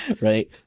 Right